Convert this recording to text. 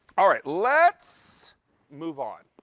all right. let's move on.